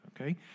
okay